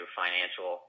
financial